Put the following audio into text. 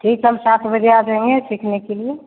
ठीक हम सात बजे आजाएंगे सीखने के लिए